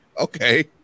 Okay